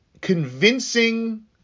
convincing